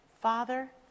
Father